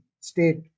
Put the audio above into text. state